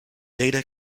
data